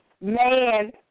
man